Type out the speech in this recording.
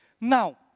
Now